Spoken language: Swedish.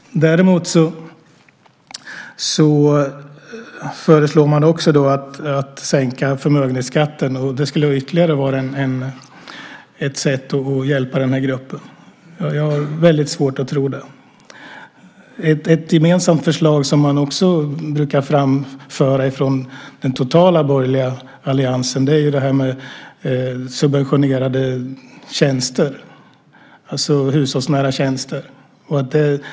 Dessutom föreslår man att förmögenhetsskatten sänks, vilket skulle vara ett ytterligare sätt att hjälpa den gruppen. Jag har väldigt svårt att tro det. Ett gemensamt förslag som brukar framföras från den borgerliga alliansen är subventionerade tjänster, alltså hushållsnära tjänster.